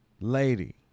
lady